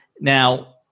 now